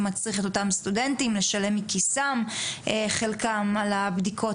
מצריך את אותם סטודנטים לשלם מכיסם חלקם על הבדיקות